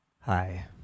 Hi